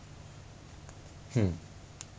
现在的 graphics card